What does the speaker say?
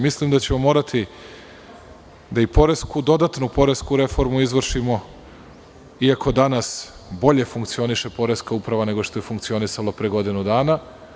Mislim da ćemo morati dodatnu poresku reformu da izvršimo, iako danas bolje funkcioniše poreska uprava nego što je funkcionisala pre godinu dana.